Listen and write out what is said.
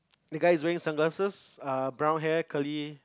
the guy is wearing sunglasses err brown hair curly